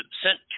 sent